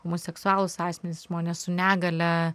homoseksualūs asmenys žmonės su negalia